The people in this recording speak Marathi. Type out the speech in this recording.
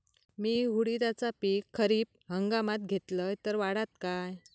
मी उडीदाचा पीक खरीप हंगामात घेतलय तर वाढात काय?